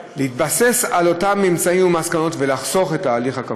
להתבסס על אותם ממצאים ומסקנות ולחסוך את ההליך הכפול.